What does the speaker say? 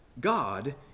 God